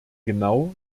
genau